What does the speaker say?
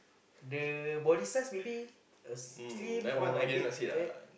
the body size maybe uh slim or a bit fat